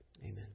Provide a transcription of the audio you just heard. Amen